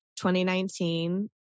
2019